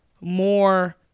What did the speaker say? more